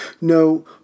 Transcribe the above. No